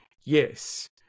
Yes